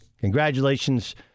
Congratulations